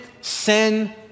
sin